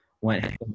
went